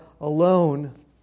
alone